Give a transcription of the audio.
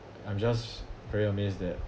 I'm just very amazed that